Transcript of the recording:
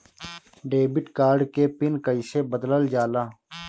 Debit card के pin कईसे बदलल जाला?